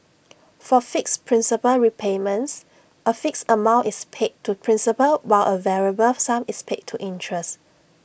for fixed principal repayments A fixed amount is paid to principal while A variable sum is paid to interest